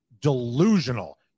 delusional